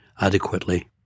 adequately